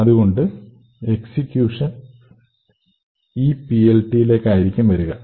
അതുകൊണ്ട് എക്സിക്യൂഷൻ ഈ PLT യിൽ ആണ് നടക്കേണ്ടത്